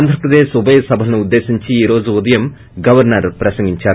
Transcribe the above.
ఆంధ్రప్రదేశ్ ఉభయ సభలనుద్వేశ్ంచి ఈరోజు ఉదయం గవర్సర్ ప్రసంగించారు